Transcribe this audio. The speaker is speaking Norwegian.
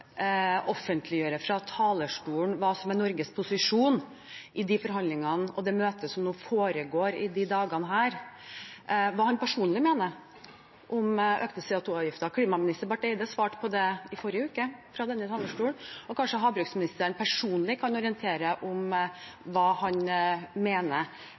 offentliggjøre fra talerstolen hva som er Norges posisjon i de forhandlingene og i det møtet som foregår i disse dager: Hva mener han personlig om økte CO 2 -avgifter? Klimaminister Barth Eide svarte på det i forrige uke fra denne talerstolen, og kanskje havministeren personlig kan orientere om hva han mener